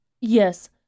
Yes